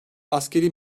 askeri